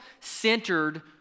centered